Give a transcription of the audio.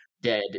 dead